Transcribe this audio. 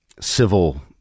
Civil